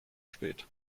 spät